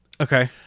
Okay